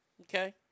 okay